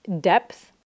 depth